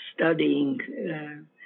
studying